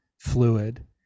fluid